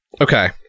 Okay